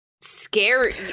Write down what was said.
scary